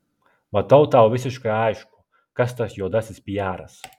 matau tau visiškai aišku kas tas juodasis piaras